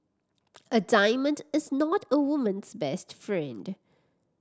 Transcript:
a diamond is not a woman's best friend